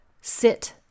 sit